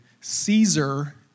Caesar